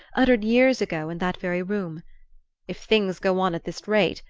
uttered years ago in that very room if things go on at this rate,